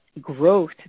growth